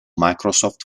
microsoft